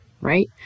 right